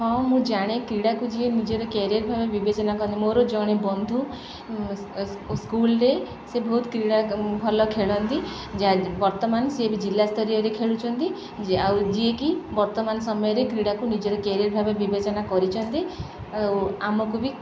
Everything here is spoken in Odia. ହଁ ମୁଁ ଜାଣେ କ୍ରୀଡ଼ାକୁ ଯିଏ ନିଜର କ୍ୟାରିୟର୍ ଭାବେ ବିବେଚନା କରନ୍ତି ମୋର ଜଣେ ବନ୍ଧୁ ସ୍କୁଲ୍ରେ ସେ ବହୁତ କ୍ରୀଡ଼ା ଭଲ ଖେଳନ୍ତି ଯ ବର୍ତ୍ତମାନ ସିଏ ବି ଜିଲ୍ଲା ସ୍ତରୀୟରେ ଖେଳୁଛନ୍ତି ଆଉ ଯିଏକି ବର୍ତ୍ତମାନ ସମୟରେ କ୍ରୀଡ଼ାକୁ ନିଜର କ୍ୟାରିଅର୍ ଭାବେ ବିବେଚନା କରିଛନ୍ତି ଆଉ ଆମକୁ ବି